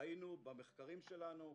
ראינו במחקרים שלנו,